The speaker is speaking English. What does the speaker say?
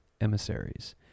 emissaries